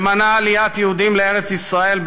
שמנע עליית יהודים לארץ-ישראל,